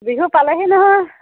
বিহু পালেহি নহয়